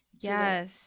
Yes